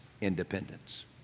independence